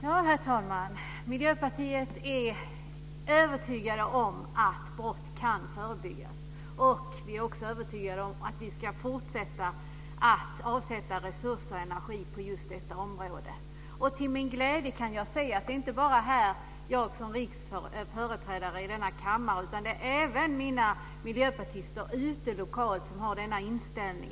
Herr talman! Miljöpartiet är övertygade om att brott kan förebyggas. Vi är också övertygade om att vi ska fortsätta att avsätta resurser och energi på just detta område. Till min glädje kan jag se att det inte bara är jag som företrädare här i kammaren som har denna inställning, utan det gäller även miljöpartister lokalt ute i landet.